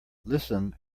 listen